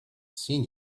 seen